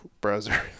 browser